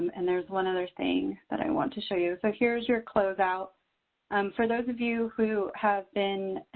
and there's one other thing that i want to show you. so here's your closeout for those of you who have been